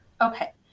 Okay